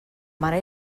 mare